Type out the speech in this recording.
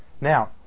Now